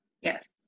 yes